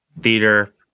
theater